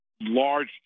large